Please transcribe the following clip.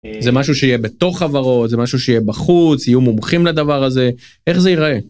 זה משהו שיהיה בתוך העברות זה משהו שיהיה בחוץ יהיו מומחים לדבר הזה איך זה יראה.